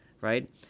right